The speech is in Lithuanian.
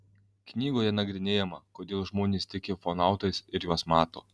knygoje nagrinėjama kodėl žmonės tiki ufonautais ir juos mato